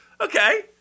Okay